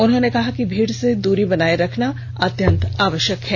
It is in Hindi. उन्होंने कहा कि भीड़ से दूरी बनाए रखना अत्यंत आवश्यक है